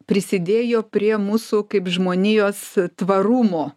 prisidėjo prie mūsų kaip žmonijos tvarumo